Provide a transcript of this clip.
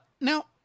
Now